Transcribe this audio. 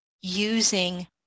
using